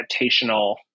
adaptational